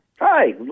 Hi